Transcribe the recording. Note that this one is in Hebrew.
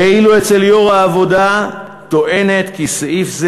ואילו יושבת-ראש העבודה טוענת כי סעיף זה